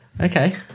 Okay